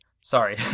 sorry